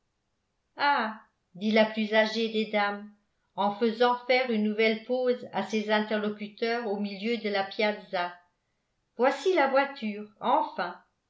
dit la plus âgée des dames en faisant faire une nouvelle pause à ses interlocuteurs au milieu de la piazza voici la voiture enfin